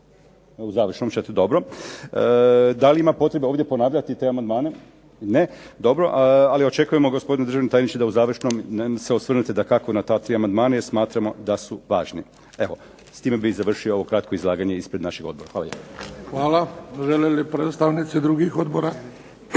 U završnom ćete? Dobro. Da li ima potrebe ovdje ponavljati te amandmane? Ne. Dobro, ali očekujemo gospodine državni tajniče da u završnom se osvrnete dakako na ta 3 amandmana jer smatramo da su važni. Evo, s time bih završio ovo kratko izlaganje ispred našeg odbora. Hvala lijepo. **Bebić, Luka (HDZ)** Hvala. Žele li predstavnici drugih odbora?